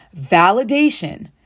Validation